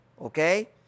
Okay